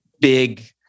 big